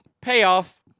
payoff